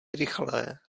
rychlé